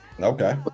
Okay